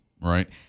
right